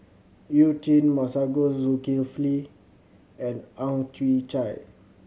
You Jin Masagos Zulkifli and Ang Chwee Chai